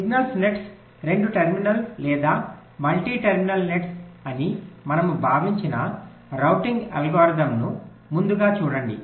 signal nets రెండు terminal లేదా multi terminal nets అని మనము భావించిన రౌటింగ్ అల్గోరిథంలను ముందుగా చూడండి